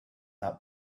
not